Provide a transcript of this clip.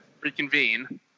reconvene